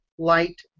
Light